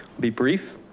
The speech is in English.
be brief.